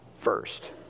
first